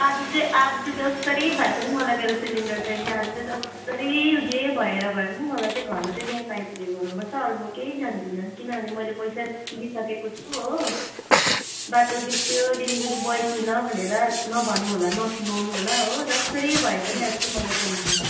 आज चाहिँ आजु चाहिँ जसरी भए पनि मलाई मेरो सिलिन्डर चाहिन्छ आज चाहिँ जसरी जे भएर भए पनि मलाई चाहिँ घरमा चाहिँ ग्यास आइपुगेको हुनुपर्छ अरू म केही जान्दिन किनभने मैले पैसा तिरिसकेको छु हो बाटो बिग्रयो डेलिभेरी बोई थिएन भनेर नभन्नु होला नसुनाउनु होला हो जसरी भए पनि आज चाहिँ मलाई चाहिन्छ